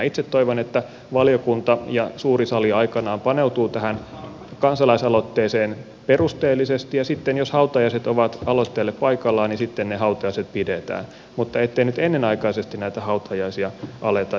itse toivon että valiokunta ja suuri sali aikanaan paneutuvat tähän kansalaisaloitteeseen perusteellisesti ja sitten jos hautajaiset ovat aloitteelle paikallaan ne hautajaiset pidetään mutta ettei nyt ennenaikaisesti näitä hautajaisia aleta jo järjestelemään